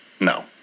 No